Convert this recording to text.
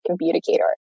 communicator